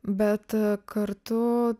bet kartu